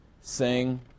sing